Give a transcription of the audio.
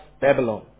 Babylon